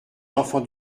enfants